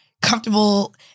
comfortable